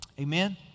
Amen